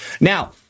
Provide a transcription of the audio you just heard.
Now